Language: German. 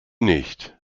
nicht